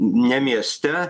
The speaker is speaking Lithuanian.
ne mieste